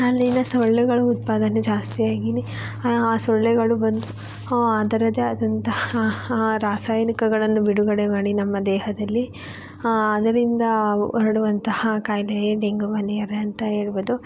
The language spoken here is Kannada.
ಅಲ್ಲಿ ಇನ್ನೂ ಸೊಳ್ಳೆಗಳ ಉತ್ಪಾದನೆ ಜಾಸ್ತಿ ಆಗಿ ಆ ಸೊಳ್ಳೆಗಳು ಬಂದು ಅದರದ್ದೇ ಆದಂತಹ ರಾಸಾಯನಿಕಗಳನ್ನು ಬಿಡುಗಡೆ ಮಾಡಿ ನಮ್ಮ ದೇಹದಲ್ಲಿ ಅದರಿಂದ ಹರಡುವಂತಹ ಖಾಯಿಲೆಯೇ ಡೆಂಗ್ಯೂ ಮಲೆರಿಯಾ ಅಂತ ಹೇಳ್ಬೋದು